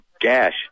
gash